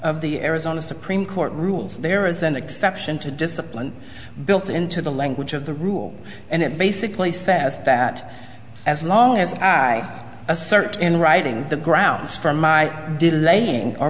of the arizona supreme court rules there is an exception to discipline built into the language of the rule and it basically says that as a as i assert in writing the grounds for my delaying